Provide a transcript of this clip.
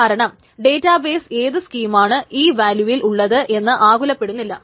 കാരണം ഡേറ്റാബെസ് ഏത് സ്കീമായാണ് ഈ വാല്യൂവിൽ ഉള്ളത് എന്ന് ആകുലപ്പെടുന്നില്ല